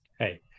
Hey